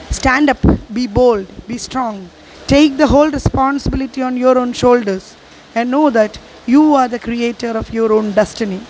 stand up be bold be strong take the hold responsibility on your own shoulders and know that you are the creator of your own destiny